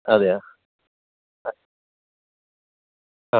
അതെയോ ആ ആ